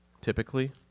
typically